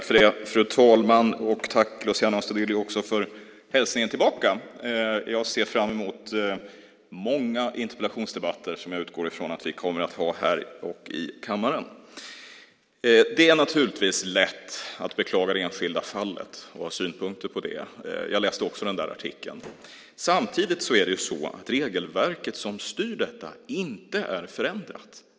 Fru talman! Jag tackar tillbaka för hälsningen. Jag ser fram emot många interpellationsdebatter som jag utgår från att vi kommer att ha här i andrakammarsalen och i kammaren. Det är naturligtvis lätt att beklaga det enskilda fallet och ha synpunkter på det. Jag läste också artikeln. Samtidigt är det regelverk som styr detta inte förändrat.